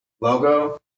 logo